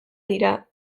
dira